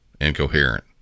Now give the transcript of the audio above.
incoherent